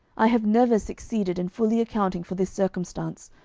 i have never succeeded in fully accounting for this circumstance,